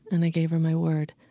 and i gave her my word.